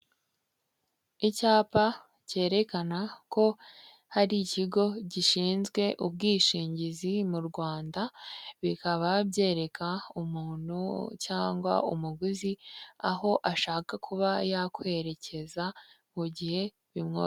Icyapa cyerekana ko hari ikigo gishinzwe ubwishingizi mu Rwanda, bikaba byereka umuntu, cyangwa umuguzi aho ashaka kuba yakwerekeza mu gihe bimwo...